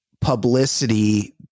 publicity